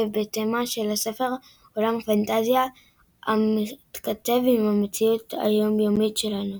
ובתמה של הספר – עולם פנטזיה המתכתב עם המציאות היומיומית שלנו.